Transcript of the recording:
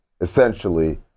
essentially